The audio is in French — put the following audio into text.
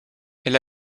elle